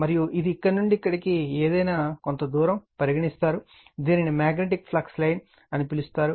మరియు ఇది ఇక్కడ నుండి ఇక్కడికి ఏదైనా కొంత దూరం పరిగణిస్తారు దీనిని మాగ్నెటిక్ ఫ్లక్స్ లైన్ అని పిలుస్తారు